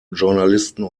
journalisten